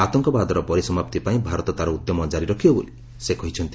ଆତଙ୍କବାଦର ପରିସମାପ୍ତି ପାଇଁ ଭାରତ ତା'ର ଉଦ୍ୟମ ଜାରି ରଖିବ ବୋଲି ସେ କହିଛନ୍ତି